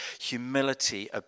humility